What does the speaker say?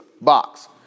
box